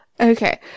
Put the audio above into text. Okay